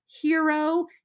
hero